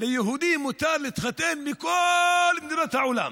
ליהודי מותר להתחתן מכל מדינות העולם,